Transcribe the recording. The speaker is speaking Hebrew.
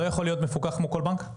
לא יכול להיות מפוקח כמו כל בנק?